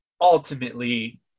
ultimately